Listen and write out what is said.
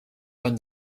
run